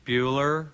Bueller